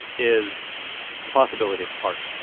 is the possibility of pardon.